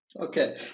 Okay